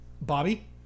Bobby